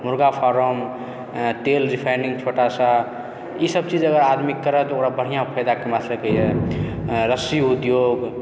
मुर्गा फार्म तेल रिफाइनिंग छोटासँ ई सभ चीज अगर आदमी करै तऽ ओकरा बढ़िआँ फायदा कमा सकैए रस्सी उद्योग